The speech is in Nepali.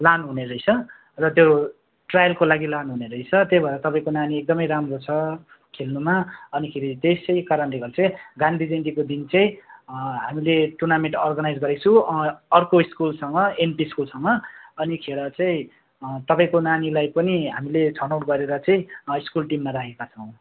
लानुहुने रहेछ र त्यो ट्राइलको लागि लानुहुने रहेछ त्यही भएर तपाईँको नानी एकदमै राम्रो छ खेल्नुमा अनि खेरी त्यसैकारणले चाहिँ गान्धी जयन्तीको दिन चाहिँ हामीले टुर्नामेन्ट अर्गनाइज गरेको छु अर्को स्कुलसँग एनपी स्कुलसँग अनि खेर चाहिँ तपाईँको नानीलाई पनि हामीले छनौट गरेर चाहिँ स्कुल टिममा राखेका छौँ